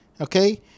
okay